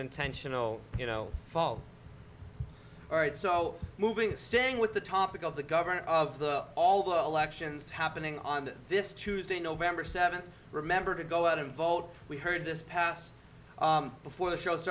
intentional you know fall all right so moving staying with the topic of the government of the all the elections happening on this tuesday november seventh remember to go out and vote we heard this past before the show